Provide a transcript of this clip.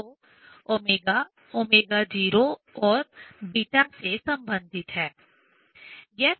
तो ω ω0 और β से संबंधित है